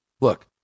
Look